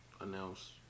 announce